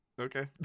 Okay